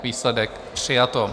Výsledek: přijato.